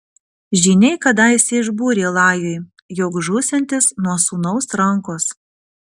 žyniai kadaise išbūrė lajui jog žūsiantis nuo sūnaus rankos